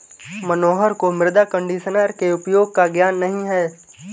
मनोहर को मृदा कंडीशनर के उपयोग का ज्ञान नहीं है